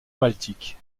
baltique